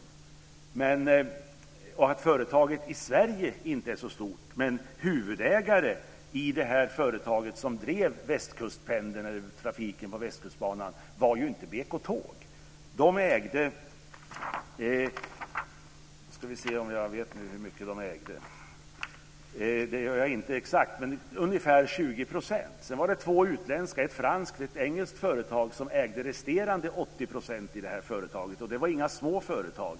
Jag kan också hålla med om att företaget inte är så stort i Sverige. Men huvudägare i det företag som drev Västkustpendeln eller trafiken på Västkustbanan var ju inte BK Tåg. De ägde ungefär 20 %. Sedan var det två utländska företag, ett franskt och ett engelskt, som ägde resterande 80 % i företaget. Och det var inga små företag.